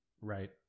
Right